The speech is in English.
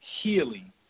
healing